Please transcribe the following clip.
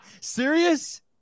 serious